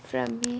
from here